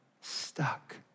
stuck